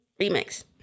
remix